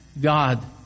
God